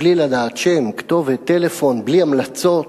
בלי לדעת שם, כתובת, טלפון, בלי המלצות,